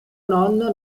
nonno